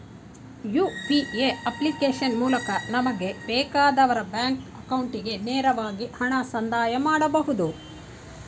UPA application ಮೂಲಕ ನಮಗೆ ಬೇಕಾದವರ ಬ್ಯಾಂಕ್ ಅಕೌಂಟಿಗೆ ನೇರವಾಗಿ ಹಣ ಸಂದಾಯ ಮಾಡಬಹುದು